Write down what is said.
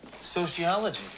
Sociology